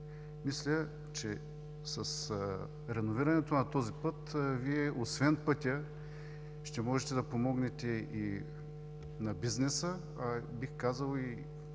Мисля, че с реновирането на пътя Вие освен с пътя, ще може да помогнете и на бизнеса, а бих казал и